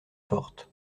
forte